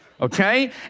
okay